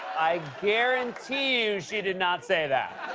i guarantee you she did not say that.